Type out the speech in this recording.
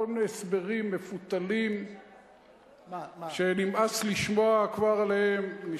מכל מיני הסברים מפותלים שנמאס כבר לשמוע עליהם.